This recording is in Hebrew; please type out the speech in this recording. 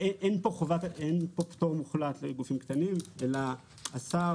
אין פה פטור מוחלט לגופים קטנים אלא השר